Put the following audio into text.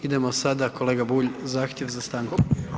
Idemo sada kolega Bulj zahtjev za stankom.